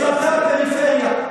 אזרחי הפריפריה?